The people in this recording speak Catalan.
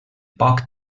poc